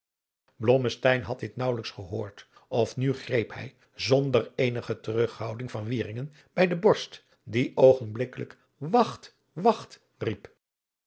had dit naauwelijks gehoord of nu greep hij zonder eenige terughouding van wieringen bij de borst die oogenblikkelijk wacht wacht riep